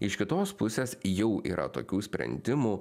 iš kitos pusės jau yra tokių sprendimų